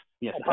Yes